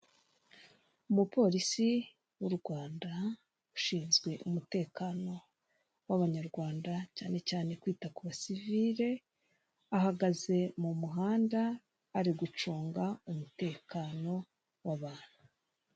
Umupolisi w'u Rwanda, ushinzwe umutekano w'abanyarwanda, cyane cyane kwita ku basivile, ahagaze mu muhanda, ari gucunga umutekano w'abantu.